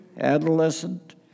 adolescent